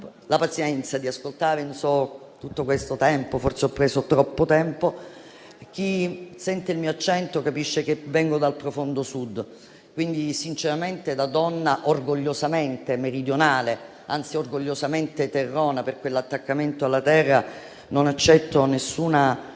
la pazienza di ascoltarmi per tutto questo tempo - forse ne ho preso troppo - ha sentito il mio accento e capisce che vengo dal profondo Sud, quindi sinceramente da donna orgogliosamente meridionale, anzi orgogliosamente terrona, per il mio attaccamento alla terra, non accetto nessuna